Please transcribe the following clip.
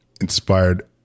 inspired